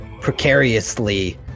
precariously